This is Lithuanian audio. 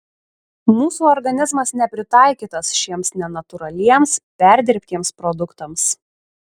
mūsų organizmas nepritaikytas šiems nenatūraliems perdirbtiems produktams